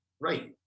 right